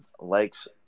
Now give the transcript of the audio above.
likes